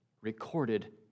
recorded